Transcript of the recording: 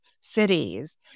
cities